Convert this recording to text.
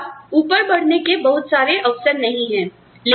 आपके पास ऊपर बढ़ने के बहुत सारे अवसर नहीं है